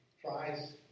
tries